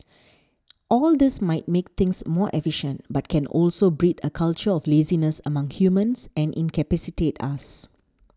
all this might make things more efficient but can also breed a culture of laziness among humans and incapacitate us